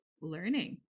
learning